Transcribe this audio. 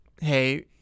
hey